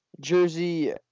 Jersey